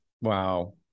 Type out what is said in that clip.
Wow